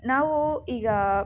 ನಾವು ಈಗ